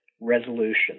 resolution